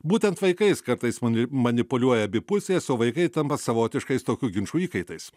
būtent vaikais kartais manim manipuliuoja abi pusės o vaikai tampa savotiškais tokių ginčų įkaitais